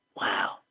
wow